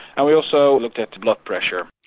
and we also looked at the blood pressure.